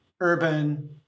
urban